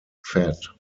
fad